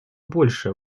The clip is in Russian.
больше